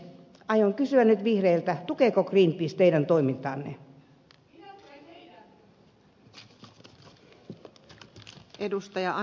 aion kysyä nyt vihreiltä tukeeko greenpeace teidän toimintaanne